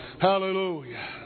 Hallelujah